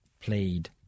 played